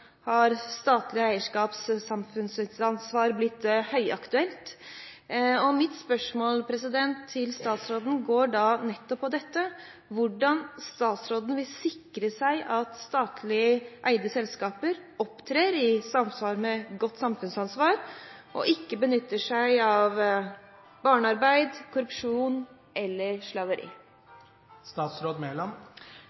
har statlig eierskap og samfunnsansvar blitt høyaktuelt. Mitt spørsmål til statsråden går nettopp på hvordan hun vil sikre at statlig eide selskaper opptrer i samsvar med godt samfunnsansvar og ikke benytter seg av barnearbeid, korrupsjon eller slaveri.